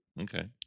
Okay